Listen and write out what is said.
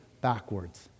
backwards